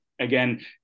Again